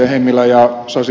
hemmilän ja ed